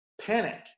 panic